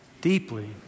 deeply